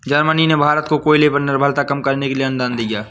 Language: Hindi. जर्मनी ने भारत को कोयले पर निर्भरता कम करने के लिए अनुदान दिया